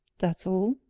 that all?